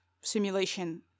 simulation